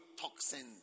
toxins